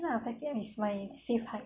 ya five C_M is my safe height